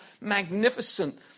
magnificent